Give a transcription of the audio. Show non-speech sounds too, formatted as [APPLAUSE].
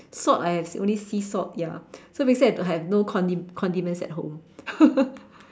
salt I have only sea salt ya so basically I don't have have no condiments at home [LAUGHS]